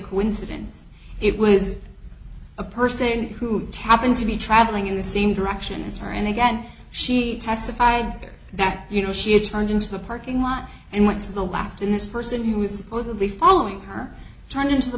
coincidence it was a person who tappan to be travelling in the same direction as her and again she testified that you know she had turned into a parking lot and went to the laughter in this person who was supposedly following her turn into the